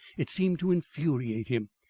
it seemed to infuriate him.